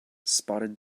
spotted